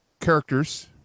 characters